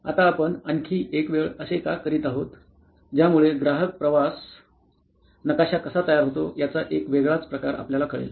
आता आपण आणखी एक वेळ असे का करीत आहोत ज्यामुळे ग्राहक प्रवास नकाशा कसा तयार होतो याचा एक वेगळाच प्रकार आपल्याला कळेल